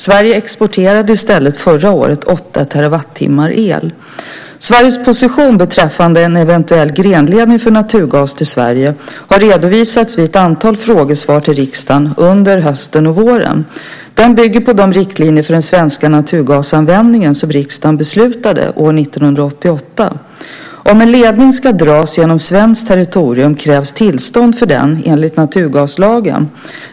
Sverige exporterade i stället förra året åtta terawattimmar el. Sveriges position beträffande en eventuell grenledning för naturgas till Sverige har redovisats vid ett antal frågesvar till riksdagen under hösten och våren. Den bygger på de riktlinjer för den svenska naturgasanvändningen som riksdagen beslutade år 1988. Om en ledning ska dras genom svenskt territorium krävs tillstånd för det enligt naturgaslagen.